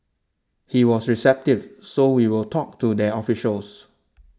he was receptive so we will talk to their officials